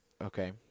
Okay